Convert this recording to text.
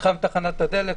מתחם תחנת הדלק,